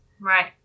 Right